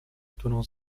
którą